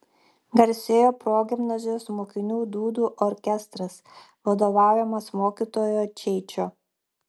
garsėjo progimnazijos mokinių dūdų orkestras vadovaujamas mokytojo čeičio